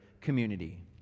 community